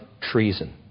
treason